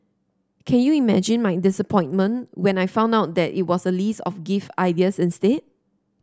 can you imagine my disappointment when I found out that it was a list of gift ideas instead